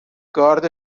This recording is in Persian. گارد